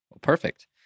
Perfect